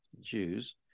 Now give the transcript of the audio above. jews